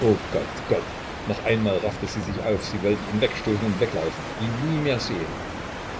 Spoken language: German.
o gott gott noch einmal raffte sie sich auf sie wollte ihn wegstoßen und weglaufen ihn nie mehr sehen